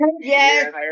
Yes